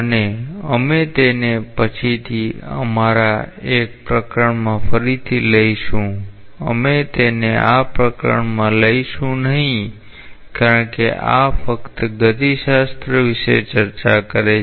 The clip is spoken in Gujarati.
અને અમે તેને પછીથી અમારા એક પ્રકરણમાં ફરીથી લઈશું અમે તેને આ પ્રકરણમાં લઈશું નહીં કારણ કે આ ફક્ત ગતિશાસ્ત્ર વિશે ચર્ચા કરે છે